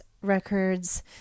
records